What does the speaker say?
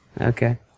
okay